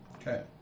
Okay